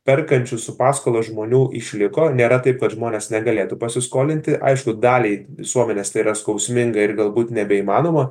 perkančių su paskola žmonių išliko nėra taip kad žmonės negalėtų pasiskolinti aišku daliai visuomenės tai yra skausminga ir galbūt nebeįmanoma